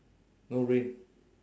no rain